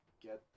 get